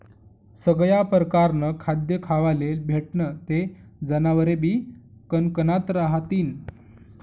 सगया परकारनं खाद्य खावाले भेटनं ते जनावरेबी कनकनात रहातीन